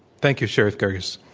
thank you, sherif girgis.